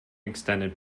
extended